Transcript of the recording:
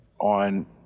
on